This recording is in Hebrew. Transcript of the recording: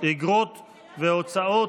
אגרות והוצאות